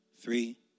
three